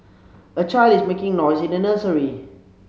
a child is making noise in a nursery